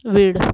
वेड